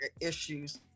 issues